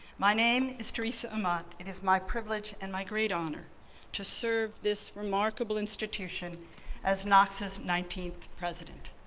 my name is teresa amott, it is my privilege and my great honor to serve this remarkable institution as knox's nineteenth president.